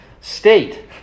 state